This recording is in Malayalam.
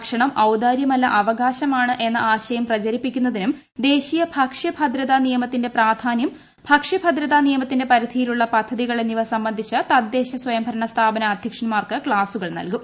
ഭക്ഷണം ഔദാര്യമല്ല അവകാശമാണ് എന്ന ആശയം പ്രചരിപ്പിക്കുന്നതിനും ദേശീയ ഭക്ഷ്യ ഭദ്രതാ നിയമത്തിന്റെ പ്രാധാന്യം ഭക്ഷ്യഭദ്രതാ നിയമത്തിന്റെ പരിധിയിലുള്ള പദ്ധതികൾ എന്നിവ സംബന്ധിച്ച് തദ്ദേശ സ്വയം ഭരണ് സ്ഥാപന അധ്യക്ഷന്മാർക്ക് ക്ലാസുകൾ നൽകും